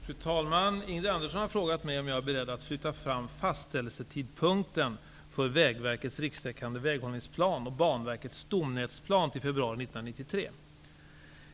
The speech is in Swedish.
Fru talman! Ingrid Andersson har frågat mig om jag är beredd att flytta fram fastställelsetidpunkten för Banverkets stomnätsplan till februari 1993.